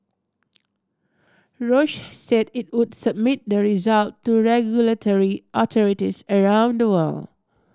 Roche said it would submit the result to regulatory around the world